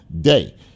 day